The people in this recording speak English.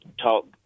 talk